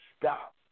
stop